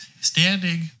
standing